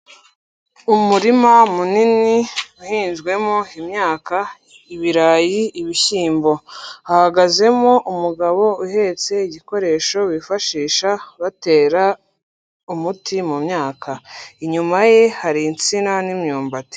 Umurima munini, uhinzwemo imyaka, ibirayi, ibishyimbo. Hahagazemo umugabo uhetse igikoresho bifashisha batera umuti mu myaka. Inyuma ye, hari insina n'imyumbati.